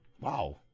Wow